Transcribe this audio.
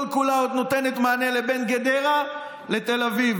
כל-כולה עוד נותנת מענה בין גדרה לתל אביב,